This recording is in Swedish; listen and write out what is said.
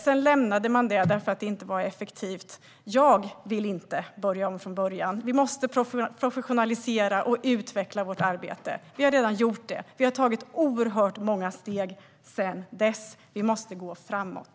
Sedan lämnade man detta för att det inte var effektivt. Jag vill inte börja om från början. Vi måste professionalisera och utveckla vårt arbete. Vi har redan gjort det och tagit oerhört många steg sedan dess. Vi måste gå framåt.